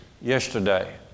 yesterday